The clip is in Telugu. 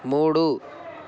మూడు